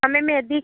हमें मेहंदी